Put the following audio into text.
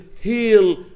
heal